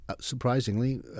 surprisingly